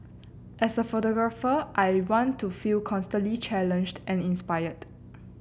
as a photographer I want to feel constantly challenged and inspired